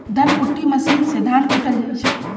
धन कुट्टी मशीन से धान कुटल जाइ छइ